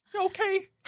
Okay